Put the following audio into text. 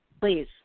Please